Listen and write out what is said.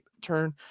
turn